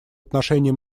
отношении